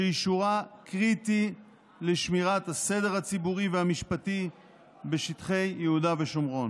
שאישורה קריטי לשמירת הסדר הציבורי והמשפטי בשטחי יהודה ושומרון.